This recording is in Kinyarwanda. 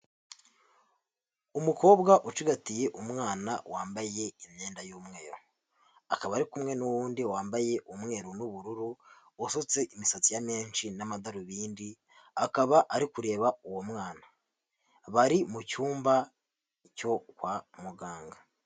Umukobwa ucigatiye umwana wambaye imyenda y'umweru, akaba ari kumwe n'uwundi wambaye umweru n'ubururu, usutse imisatsi ya menshi n'amadarubindi, akaba ari kureba uwo mwana, bari mu cyumba cyo kwa muganga.